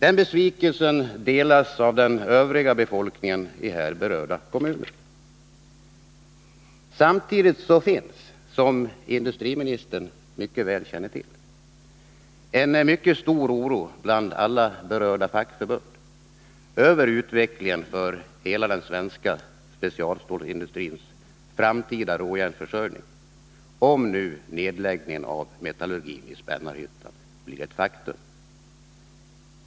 Den besvikelsen delas av den övriga befolkningen i här berörda kommuner. Samtidigt finns, som industriministern mycket väl känner till, en mycket stor oro bland alla berörda fackförbund över utvecklingen för hela den svenska specialstålsindustrins framtida råjärnsförsörjning, om nu nedläggningen av metallurgin i Spännarhyttan blir ett faktum.